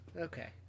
Okay